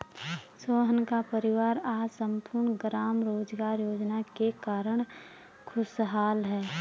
सोहन का परिवार आज सम्पूर्ण ग्राम रोजगार योजना के कारण खुशहाल है